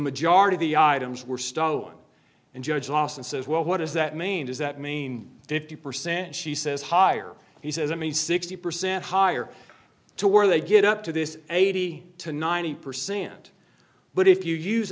majority the items were stolen and judge lawson says well what does that mean does that mean fifty percent she says hire he says i mean sixty percent higher to where they get up to this eighty to ninety percent but if you use